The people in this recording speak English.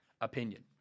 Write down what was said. opinion